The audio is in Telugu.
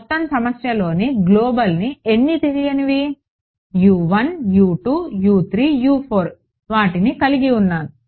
మొత్తం సమస్యలో గ్లోబల్వి ఎన్ని తెలియనివి వాటిని కలిగి ఉన్నాను